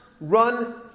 run